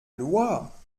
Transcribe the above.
loi